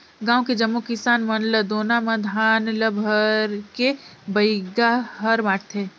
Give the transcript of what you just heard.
गांव के जम्मो किसान मन ल दोना म धान ल भरके बइगा हर बांटथे